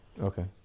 Okay